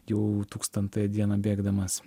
jau tūkstantąją dieną bėgdamas